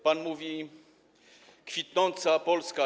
Pan mówi: kwitnąca Polska.